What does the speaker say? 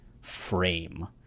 frame